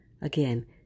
Again